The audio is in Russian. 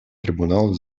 трибуналов